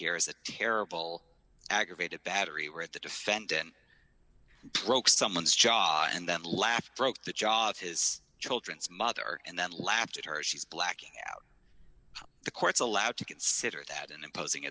here is a terrible aggravated battery we're at the defendant broke someone's jaw and that laugh broke the jaw of his children's mother and then laughed at her she's blacking out the courts allowed to consider that an imposing